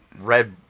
red